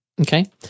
Okay